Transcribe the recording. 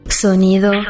Sonido